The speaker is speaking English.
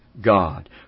God